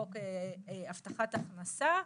חוק הבטחת הכנסה,